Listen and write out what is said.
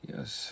Yes